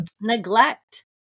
neglect